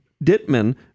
ditman